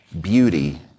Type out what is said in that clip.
beauty